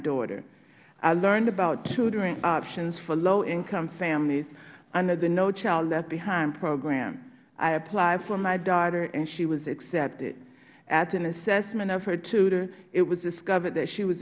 daughter i learned about tutoring options for low income families under the no child left behind program i applied for my daughter and she was accepted after an assessment of her by the tutor it was discovered that she was